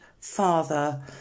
father